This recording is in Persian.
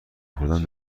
خوردن